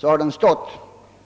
har man stått för den.